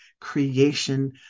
creation